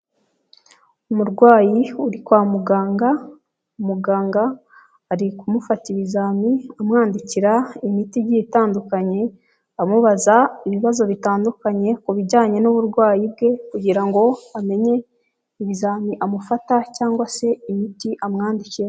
Umurwayi uri kwa muganga, muganga ari kumufata ibizami amwandikira imiti igiye itandukanye amubaza ibibazo bitandukanye ku bijyanye n'uburwayi bwe kugira ngo amenye ibizami amufata cyangwa se imiti amwandikira.